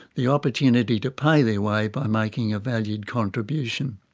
the opportunity to pay their way by making a valued contribution.